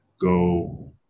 go